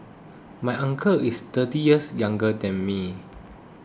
my uncle is thirty years younger than me